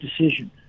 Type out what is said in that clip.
decision